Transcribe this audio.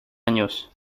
años